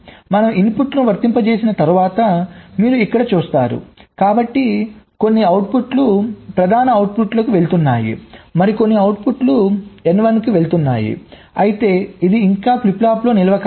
మనం ఇన్పుట్లను వర్తింపజేసిన తర్వాత మీరు ఇక్కడ చూస్తారు కాబట్టి కొన్ని అవుట్పుట్లు ప్రాధమిక అవుట్పుట్కు వెళుతున్నాయి మరియు కొన్ని అవుట్పుట్లు N1 కి వెళ్తున్నాయి అయితే ఇది ఇంకా ఫ్లిప్ ఫ్లాప్లో నిల్వ కాలేదు